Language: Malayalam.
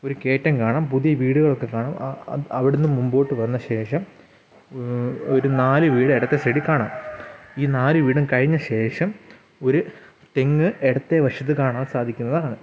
ഒരു കയറ്റം കാണും പുതിയ വീടുകളൊക്കെക്കാണും ആ അവിടെ നിന്ന് മുൻപോട്ടു വന്ന ശേഷം ഒരു നാല് വീടെടത്തേ സൈഡിൽക്കാണാം ഈ നാല് വീടും കഴിഞ്ഞ ശേഷം ഒരു തെങ്ങ് ഇടത്തേ വശത്ത് കാണാൻ സാധിക്കുന്നതാണ്